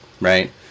right